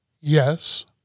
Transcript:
Yes